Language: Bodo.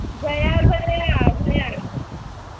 जाया जाया जाया